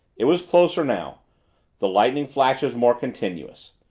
it was closer now the lightning flashes more continuous.